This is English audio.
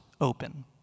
open